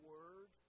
Word